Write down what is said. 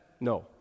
No